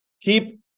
keep